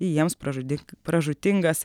į jiems pražudin pražūtingas